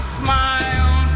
smile